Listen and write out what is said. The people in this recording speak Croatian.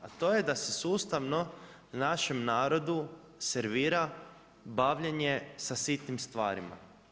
A to je da se sustavno u našem narodu servira bavljenje sa sitnim stvarima.